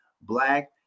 Black